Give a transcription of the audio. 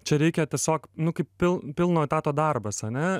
čia reikia tiesiog nu kaip pil pilno etato darbas ane